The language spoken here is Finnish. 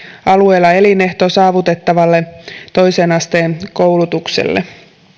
alueella elinehto saavutettavalle toisen asteen koulutukselle